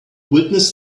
witness